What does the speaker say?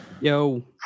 Yo